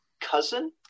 cousin